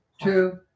True